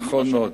נכון מאוד.